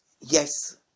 Yes